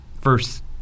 first